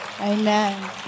Amen